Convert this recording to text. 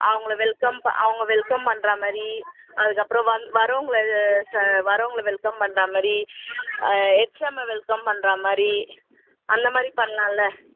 அவங்கள வெல்கம் அவங்க வெல்கம் பண்ற மாதிரி அதுக்கப்புறம் வர்றவங்களை வர்றவங்களை வெல்கம் பண்ணுற மாதிரி ஹெச்எம்ம வெல்கம் பண்ற மாதிரி அந்தமாதிரி பண்லாம்ல